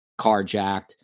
carjacked